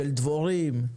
דבורים,